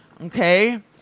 Okay